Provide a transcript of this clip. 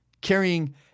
carrying